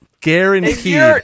Guaranteed